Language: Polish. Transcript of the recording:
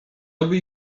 oby